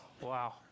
Wow